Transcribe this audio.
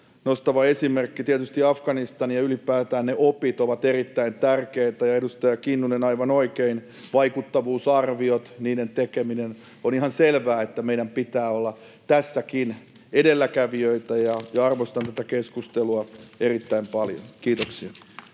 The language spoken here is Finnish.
nostama esimerkki: tietysti Afganistan ja ylipäätään ne opit ovat erittäin tärkeitä. Ja edustaja Kinnunen, aivan oikein, vaikuttavuusarviot, niiden tekeminen: on ihan selvää, että meidän pitää olla tässäkin edelläkävijöitä. Arvostan tätä keskustelua erittäin paljon. — Kiitoksia.